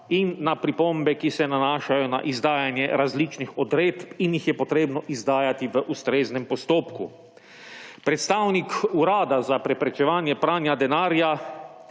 in na pripombe, ki se nanašajo na izdajanje različnih odredb in jih je potrebno izdajati v ustreznem postopku. Predstavnik Urada za preprečevanje pranja denarja